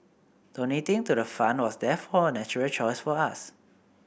donating to the fund was therefore a natural choice for us